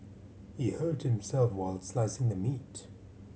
he hurt himself while slicing the meat